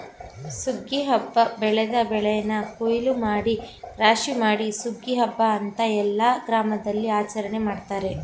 ಸುಗ್ಗಿ ಹಬ್ಬ ಬೆಳೆದ ಬೆಳೆನ ಕುಯ್ಲೂಮಾಡಿ ರಾಶಿಮಾಡಿ ಸುಗ್ಗಿ ಹಬ್ಬ ಅಂತ ಎಲ್ಲ ಗ್ರಾಮದಲ್ಲಿಆಚರಣೆ ಮಾಡ್ತಾರೆ